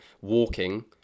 walking